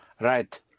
Right